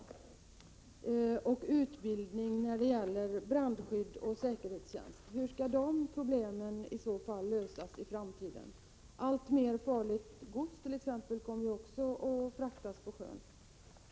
beträffande utbildning i brandskydd och säkerhetstjänst. Hur skall dessa problem i så fall lösas i framtiden? Alltmer farligt gods kommer ju att fraktas på sjön.